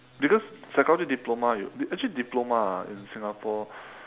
because psychology diploma you actually diploma ah in singapore